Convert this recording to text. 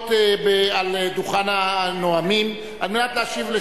להמשיך להיות על דוכן הנואמים על מנת להשיב על